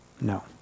No